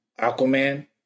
Aquaman